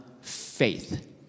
faith